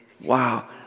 wow